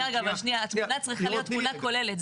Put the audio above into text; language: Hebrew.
התמונה צריכה להיות תמונה כוללת,